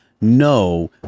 no